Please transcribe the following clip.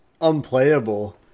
unplayable